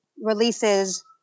releases